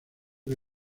que